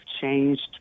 changed